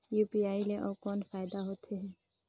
UPI ले अउ कौन फायदा होथ है?